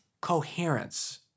coherence